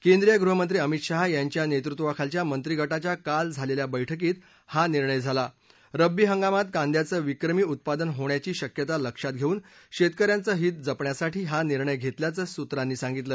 केंद्रीय गृहमंत्री अमित शाह यांच्या नेतृत्वाखालच्या मंत्रिगटाच्या काल झालेल्या बर्फ्कीत हा निर्णय झाला रबी हंगामात कांद्याचं विक्रमी उत्पादन होण्याची शक्यता लक्षात घेऊन शेतक यांचं हित जपण्यासाठी हा निर्णय घेतल्याचं सूत्रांनी सांगितलं